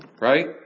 right